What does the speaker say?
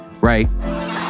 right